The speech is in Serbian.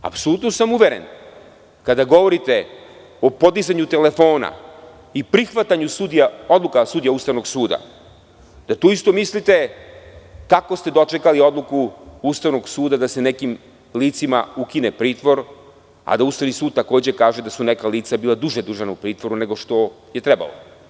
Apsolutno sam uveren, kada govorite o podizanju telefona i prihvatanju odluka sudija Ustavnog suda da tu isto mislite kako ste dočekali odluku Ustavnog suda da se nekim licima ukine pritvor, a da Ustavni sud takođe kaže da su neka lica bila duže držana u pritvoru nego što je trebalo.